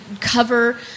cover